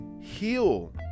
heal